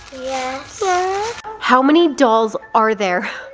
yeah so how many dolls are there?